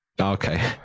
Okay